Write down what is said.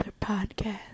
podcast